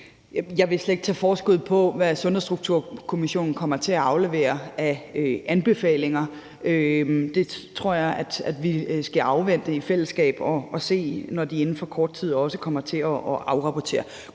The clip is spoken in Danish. Jeg vil slet ikke tage forskud på, hvad Sundhedsstrukturkommissionen kommer til at aflevere af anbefalinger. Det tror jeg vi i fællesskab skal afvente at se, når de inden for kort tid kommer til at afrapportere.